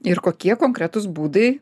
ir kokie konkretūs būdai